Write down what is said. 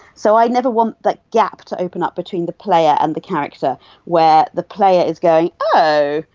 so i never want that gap to open up between the player and the character where the player is going, oh,